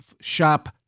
Shop